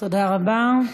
תודה רבה.